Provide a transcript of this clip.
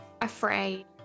afraid